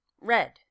red